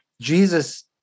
Jesus